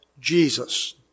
Jesus